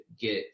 get